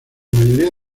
mayoría